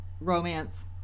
romance